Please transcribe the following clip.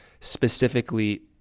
specifically